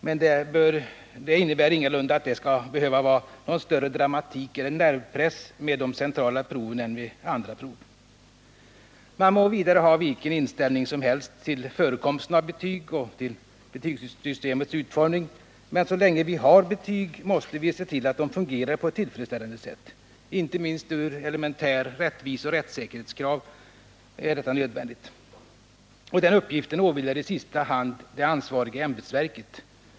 Men det innebär ingalunda att det skall behöva vara någon större dramatik eller nervpress med de centrala proven än med de andra proven. Man må vidare ha vilken inställning som helst till förekomsten av betyg och till betygssystemets utformning, men så länge vi har betyg måste vi se till att de fungerar på ett tillfredsställande sätt — inte minst elementära rättviseoch rättssäkerhetskrav gör detta nödvändigt. Och den uppgiften åvilar i sista hand det ansvariga ämbetsverket.